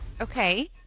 Okay